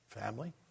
family